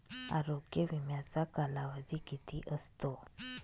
आरोग्य विम्याचा कालावधी किती असतो?